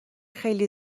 خیلی